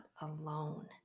alone